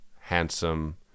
handsome